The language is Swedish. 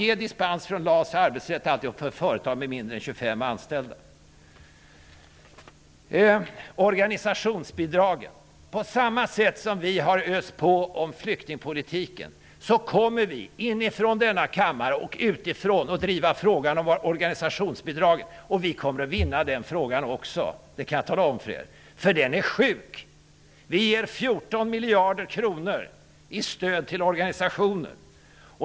På samma sätt som vi har öst på om flyktingpolitiken kommer vi att driva frågan om organisationsbidraget, både inifrån denna kammare och utifrån. Vi kommer att vinna den frågan också -- det kan jag tala om för er! Den är ju sjuk! Vi ger 14 miljarder kronor i stöd till organisationer.